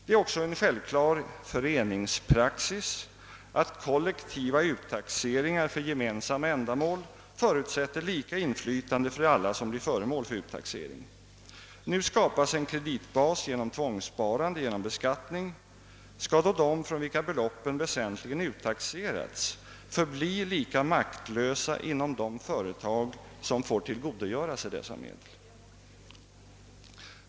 Det är också en självklar föreningspraxis att kollektiva uttaxeringar för gemensamma ändamål förutsätter lika inflytande för alla som blir föremål för uttaxering. Nu skapas en kreditbas genom tvångssparande, genom beskattning — skall då de från vilka beloppen väsentligen uttaxerats förbli lika maktlösa inom de företag som tillgodogör sig dessa medel?